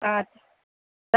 অঁ